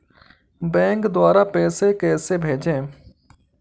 Bank द्वारा पैसे कैसे भेजें?